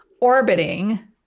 orbiting